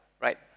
right